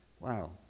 Wow